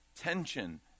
tension